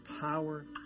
power